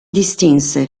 distinse